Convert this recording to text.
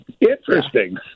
Interesting